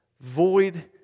void